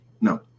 No